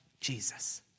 Jesus